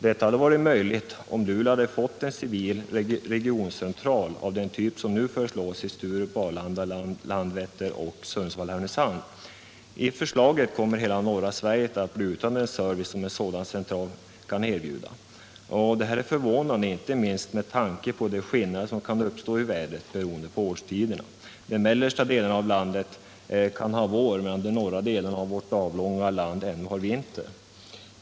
Detta hade varit möjligt om Luleå hade fått en civil regioncentral av den typ som nu föreslås i Sturup, Arlanda, Landvetter och Sundsvall/Härnösand. Enligt det förslaget kommer hela norra Sverige att bli utan den service som en sådan central kan erbjuda. Det här är förvånande, inte minst med tanke på de skillnader som kan uppstå i vädret, beroende på årstiderna. De mellersta delarna av landet kan ha vår, medan de norra delarna av vårt avlånga land ännu har vinter.